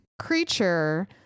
creature